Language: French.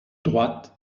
droite